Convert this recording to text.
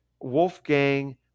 Wolfgang